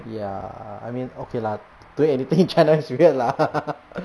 ya I mean okay lah doing anything in china is weird lah